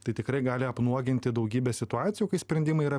tai tikrai gali apnuoginti daugybę situacijų kai sprendimai yra